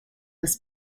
this